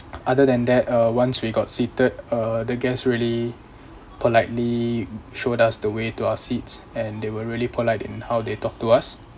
other than that uh once we got seated uh the guest really politely showed us the way to our seats and they were really polite in how they talk to us